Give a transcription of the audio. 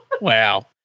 Wow